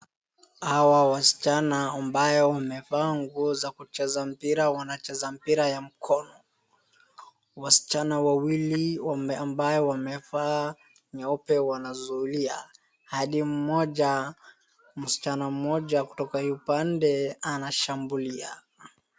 Hawa wasichana ambayo wamevaa nguo za kucheza mpira, wanacheza mpira ya mkono, wasichana wawili ambao wamevaa nyeupe wanazuilia hadi mmoja, msichana mmoja kutoka hii upande anashambulia.